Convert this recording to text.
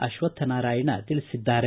ಅಶ್ವಕ್ವನಾರಾಯಣ ತಿಳಿಸಿದ್ದಾರೆ